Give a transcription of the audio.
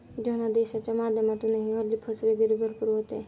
धनादेशाच्या माध्यमातूनही हल्ली फसवेगिरी भरपूर होते